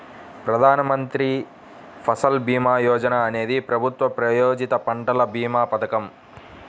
ప్రధాన్ మంత్రి ఫసల్ భీమా యోజన అనేది ప్రభుత్వ ప్రాయోజిత పంటల భీమా పథకం